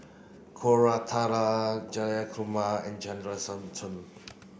Koratala Jayakumar and